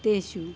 तेषु